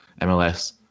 MLS